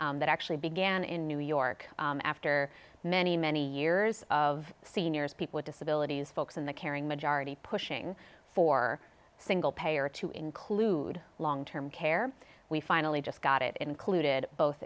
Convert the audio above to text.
that actually began in new york after many many years of seniors people with disabilities folks in the caring majority pushing for single payer to include long term care we finally just got it included both